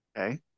Okay